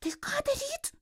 tai ką daryt